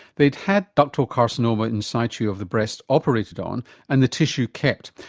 they'd had ductal carcinoma in situ of the breast operated on and the tissue kept.